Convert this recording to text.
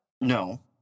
No